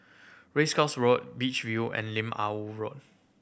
Race Course Road Beach View and Lim Ah Woo Road